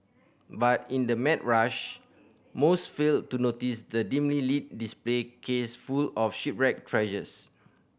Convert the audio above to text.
but in the mad rush most fail to notice the dimly display case full of shipwreck treasures